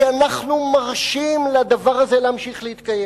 כי אנחנו מרשים לדבר הזה להמשיך להתקיים.